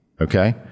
okay